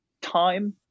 time